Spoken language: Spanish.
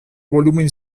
volumen